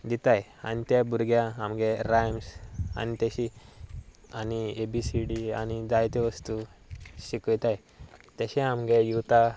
दिताय आनी त्या भुरग्यांक आमगे रायम्स आनी तेशी आनी ए बी सी डी आनी जायत्यो वस्तू शिकयताय तशें आमगे युथा